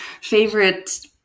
favorite